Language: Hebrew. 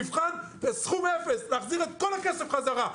מבחן סכום 0. להחזיר את כל הכסף חזרה.